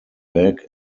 back